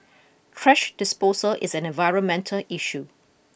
thrash disposal is an environmental issue